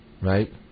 right